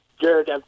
Jared